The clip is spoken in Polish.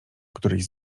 któryś